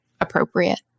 appropriate